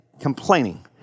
complaining